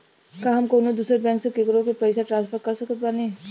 का हम कउनों दूसर बैंक से केकरों के पइसा ट्रांसफर कर सकत बानी?